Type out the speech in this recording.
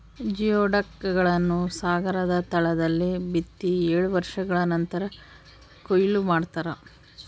geoduck ಗಳನ್ನು ಸಾಗರದ ತಳದಲ್ಲಿ ಬಿತ್ತಿ ಏಳು ವರ್ಷಗಳ ನಂತರ ಕೂಯ್ಲು ಮಾಡ್ತಾರ